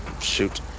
shoot